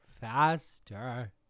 faster